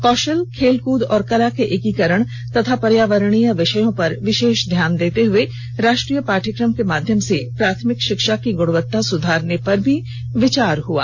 कौशल खेलकूद और कला के एकीकरण तथा पर्यावरणीय विषयों पर विशेष ध्यान देते हुए राष्ट्रीय पाठ्यक्रम के माध्यम से प्राथमिक शिक्षा की गुणवत्ता सुधारने पर भी विचार हुआ